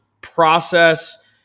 process